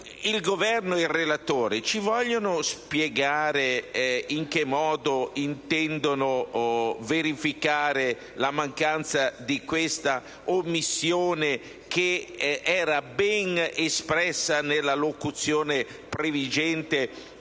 il Governo e il relatore ci vogliono spiegare in che modo intendono verificare la mancanza di questa formulazione, che era ben espressa nella locuzione previgente